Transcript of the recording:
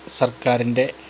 സർക്കാരിൻ്റെ